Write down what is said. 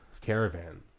caravan